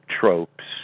tropes